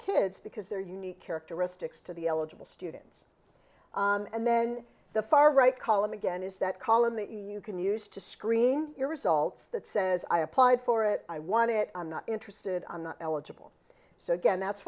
kids because they're unique characteristics to the eligible students and then the far right column again is that column that you can use to screen your results that says i applied for it i won it i'm not interested eligible so again that's